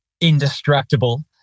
indestructible